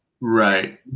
Right